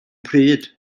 pryd